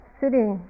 sitting